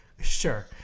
sure